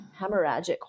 hemorrhagic